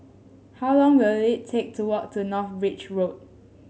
how long will it take to walk to North Bridge Road